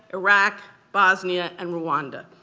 iraq, bosnia, and rwanda.